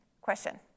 question